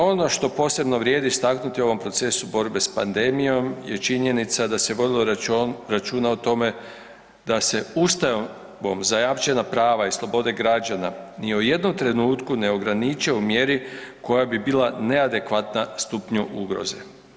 Ono što posebno vrijedi istaknuti u ovom procesu borbe s pandemijom je činjenica da se vodilo računa o tome da se ustavom zajamčena prava i slobode građana ni u jednom trenutku ne ograniče u mjeri koja bi bila neadekvatna stupnju ugroze.